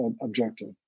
objective